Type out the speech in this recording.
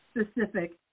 specific